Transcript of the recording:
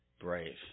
brave